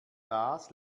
das